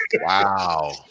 Wow